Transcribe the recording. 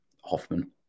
Hoffman